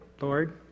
Lord